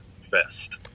Fest